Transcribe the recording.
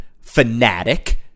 fanatic